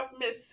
miss